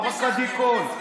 לא רק עדי קול.